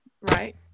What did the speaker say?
right